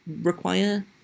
require